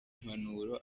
impanuro